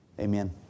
Amen